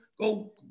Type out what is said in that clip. go